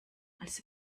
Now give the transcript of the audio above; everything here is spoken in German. als